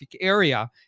area